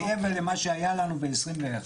מעבר למה שהיה לנו ב-2021.